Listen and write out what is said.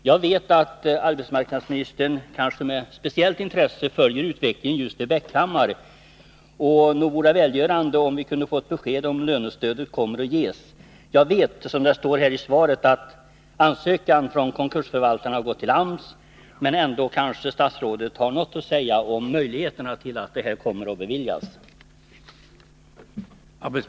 Jag vet att arbetsmarknadsministern, kanske med speciellt intresse, följer utvecklingen i just Bäckhammar, och det vore välgörande om vi kunde få ett besked om lönestödet kommer att ges. Jag vet — det står ju i svaret — att ansökan från konkursförvaltaren har gått till AMS, men statsrådet kanske ändå har något att säga om möjligheterna att ansökan beviljas.